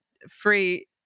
free